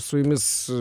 su jumis